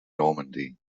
normandy